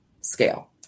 scale